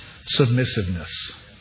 submissiveness